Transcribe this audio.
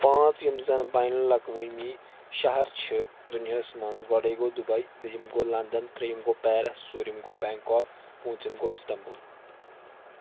پانٛژھ یِم زَن بین الاقوٲمی شہر چھِ دُنیاہَس منٛز گۄڈَے گوٚو دُبَے دٔیِم گوٚو لَنٛدن ترٛیٚیِم گوٚو پیرس ژوٗرِم گوٚو بٮ۪نٛکاک پوٗنٛژِم گوٚو اِستمبُل